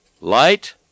light